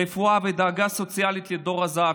רפואה ודאגה סוציאלית לדור הזהב,